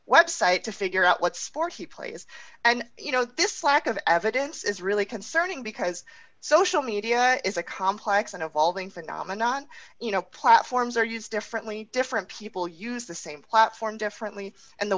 website to figure out what sport he plays and you know this lack of evidence is really concerning because social media it is a complex and evolving phenomenon you know platforms are used differently different people use the same platform differently and the